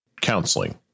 Counseling